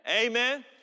Amen